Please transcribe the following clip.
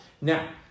Now